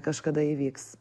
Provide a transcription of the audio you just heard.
kažkada įvyks